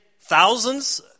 thousands